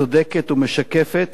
צודקת ומשקפת